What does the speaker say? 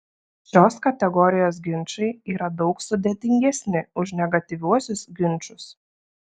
šios kategorijos ginčai yra daug sudėtingesni už negatyviuosius ginčus